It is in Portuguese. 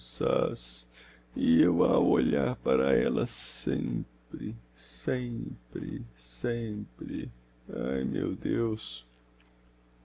ro ro man manças e eu a olhar para ella sempre sempre sempre ai meu deus